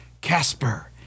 Casper